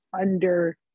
under-